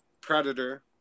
Predator